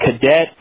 cadet